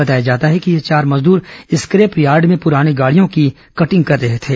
बताया जाता है कि ये चार मजदूर स्क्रैप यार्ड में पूरानी गाड़ियों की कटिंग कर रहे थे